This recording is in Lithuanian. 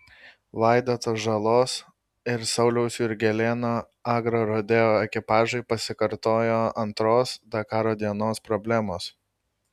vaidoto žalos ir sauliaus jurgelėno agrorodeo ekipažui pasikartojo antros dakaro dienos problemos